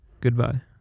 goodbye